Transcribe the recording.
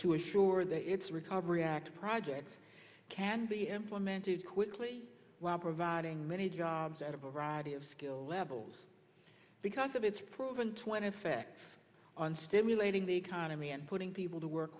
to ensure that its recovery act projects can be implemented quickly while providing many jobs at a variety of skill levels because of its proven twenty facts on stimulating the economy and putting people to work